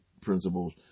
principles